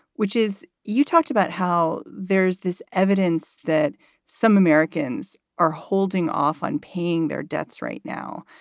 which is you talked about how there's this evidence that some americans are holding off on paying their debts right now,